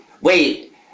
Wait